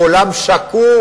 הוא עולם שקוף.